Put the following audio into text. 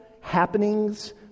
happenings